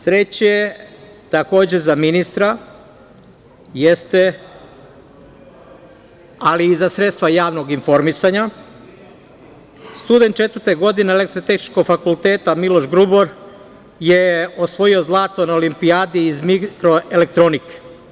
Treće, takođe za ministra, ali i za sredstva javnog informisanja, jeste – student četvrte godine Elektrotehničkog fakulteta, Miloš Grubor je osvojio zlato na Olimpijadi iz mikroelektronike.